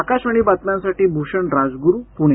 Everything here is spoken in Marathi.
आकाशवाणीच्या बातम्यांसाठी भूषण राजगुरु पुणे